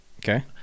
Okay